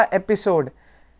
episode